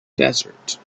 desert